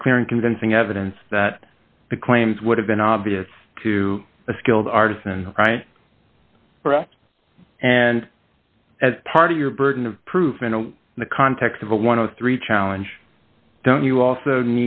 by clear and convincing evidence that the claims would have been obvious to a skilled artisan correct and as part of your burden of proof in the context of a one of three challenge don't you also